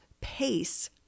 pace